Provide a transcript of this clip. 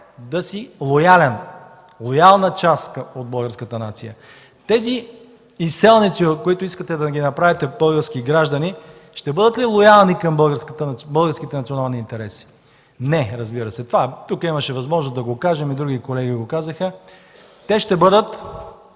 да си лоялен, лоялна част от българската нация. Изселниците, които искате да направите български граждани, ще бъдат ли лоялни към българските национални интереси? Не, разбира се. Тук имаше възможност да кажем това и други колеги го казаха. Те ще бъдат